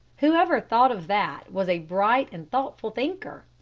whoever thought of that was a bright and thoughtful thinker.